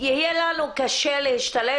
שיהיה לנו קשה להשתלט,